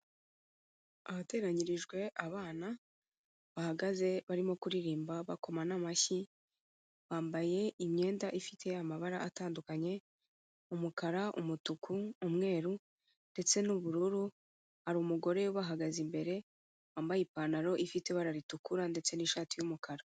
Ahateranyirijwe abana bahagaze barimo kuririmba bakoma n'amashyi, bambaye imyenda ifite amabara atandukanye, umukara, umutuku, umweru, ndetse n'ubururu, hari umugore ubahagaze imbere, wambaye ipantaro ifite ibara ritukura ndetse n'ishati y'umukara.